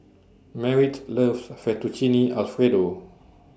Merritt loves Fettuccine Alfredo